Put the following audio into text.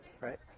right